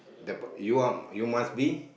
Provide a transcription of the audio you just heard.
the p~ you are you must be